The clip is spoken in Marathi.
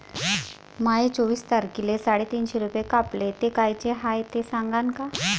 माये चोवीस तारखेले साडेतीनशे रूपे कापले, ते कायचे हाय ते सांगान का?